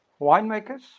winemakers